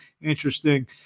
interesting